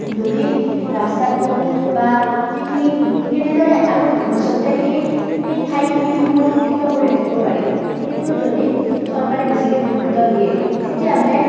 যদি ৰাস্তাটো বা সেইখিনি কেনেদৰে আৰু ভৱিষ্যতে সেই সেই ঠাইখিনি সংৰক্ষিত কৰি ৰাখিব পাৰি সেইটোৰ যদি চৰকাৰে বেছিকৈ গুৰুত্ব দিয়ে তেতিয়াহ'লে